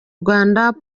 rwanda